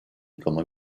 comme